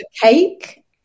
cake